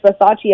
Versace